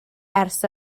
ers